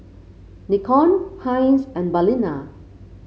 Nikon Heinz and Balina